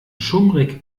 schummrig